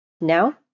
Now